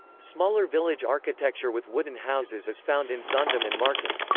smaller village architecture with wooden houses is found in zaandam and marken.